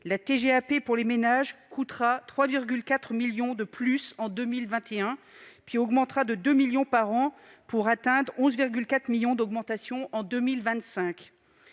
la TGAP pour les ménages coûtera 3,4 millions d'euros de plus en 2021, puis augmentera de 2 millions par an, pour atteindre 11,4 millions d'augmentation en 2025.